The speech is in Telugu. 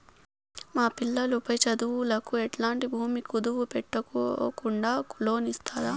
మా పిల్లలు పై చదువులకు ఎట్లాంటి భూమి కుదువు పెట్టుకోకుండా లోను ఇస్తారా